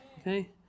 Okay